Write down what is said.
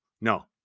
no